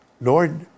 Lord